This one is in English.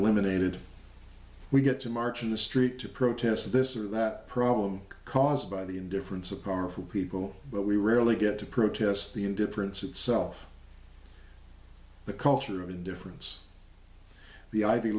eliminated we get to march in the street to protest this or that problem caused by the indifference of carful people but we rarely get to protest the indifference itself the culture of indifference the ivy